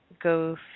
go